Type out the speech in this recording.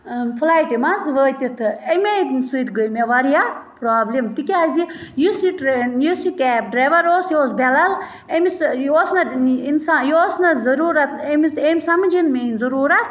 flight منٛز وٲتِتھ تہٕ اَمے سۭتۍ گٔے مےٚ واریاہ پرٛابلِم تِکیٛازِ یُس یہِ ٹرٛین یُس یہِ کیب ڈرٛایوَر اوس یہِ اوس بٮ۪لَل أمِس تہِ یہِ اوس نہٕ اِنسان یہِ اوس مےٚ ضٔروٗرت أمِس تہِ أمۍ سَمجھی نہٕ میٛٲنۍ ضٔروٗرت